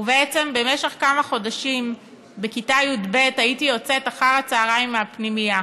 ובעצם במשך כמה חודשים בכיתה י"ב הייתי יוצאת אחר הצהריים מהפנימייה,